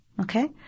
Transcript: Okay